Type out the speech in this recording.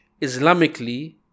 islamically